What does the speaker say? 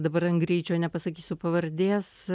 dabar ant greičio nepasakysiu pavardės